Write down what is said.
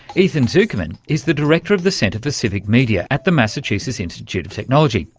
ethan zuckerman is the director of the centre for civic media at the massachusetts institute of technology,